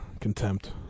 contempt